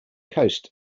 coast